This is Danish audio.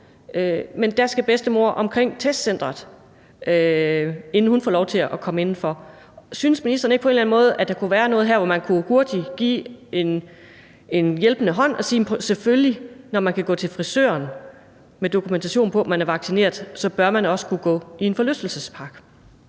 på? Der skal bedstemor omkring testcenteret, inden hun får lov til at komme indenfor. Synes ministeren ikke på en eller anden måde, at der kunne være noget her, hvor man hurtigt kunne give en hjælpende hånd og sige: Selvfølgelig bør man, når man kan gå til frisøren med dokumentation for, at man er vaccineret, også kunne gøre det samme i en forlystelsespark?